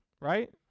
right